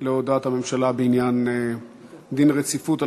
להודעת הממשלה בעניין דין הרציפות על